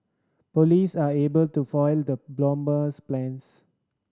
police are able to foil the bomber's plans